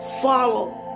follow